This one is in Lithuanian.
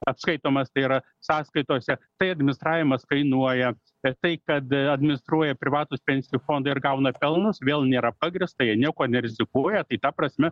atskaitomas tai yra sąskaitose tai administravimas kainuoja per tai kad administruoja privatūs pensijų fondai ir gauna pelnus vėl nėra pagrįsta jie niekuo nerizikuoja tai ta prasme